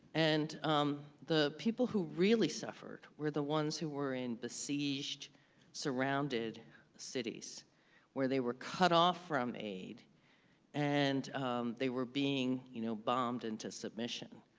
and um the people who really suffered were the ones who were in besieged surrounded cities where they were cut off from aid and they were being you know bombed into submission,